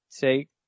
take –